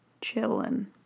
chilling